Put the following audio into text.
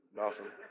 awesome